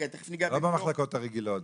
לא במחלקות הרגילות.